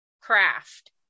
craft